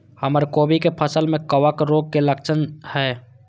हमर कोबी के फसल में कवक रोग के लक्षण की हय?